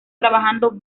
trabajando